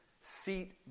seat